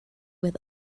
with